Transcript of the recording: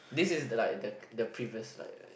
this is the like the the previous like